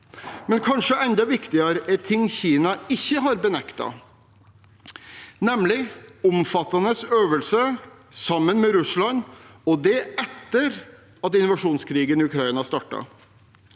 Kanskje enda viktigere er ting Kina ikke har benektet, nemlig omfattende øvelser sammen med Russland, og det etter at invasjonskrigen i Ukraina startet.